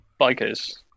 bikers